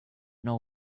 know